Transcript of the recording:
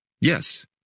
Yes